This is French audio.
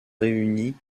réunis